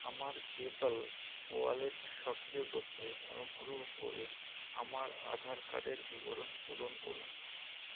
আমার PayPal wallet সক্রিয় করততে অনুগ্রহ করে আমার আধার কার্ডের বিবরণ পূরণ করুন